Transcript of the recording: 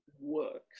works